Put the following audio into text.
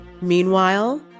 Meanwhile